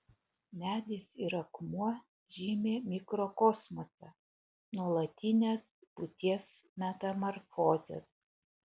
medis ir akmuo žymi mikrokosmosą nuolatines būties metamorfozes